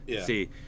See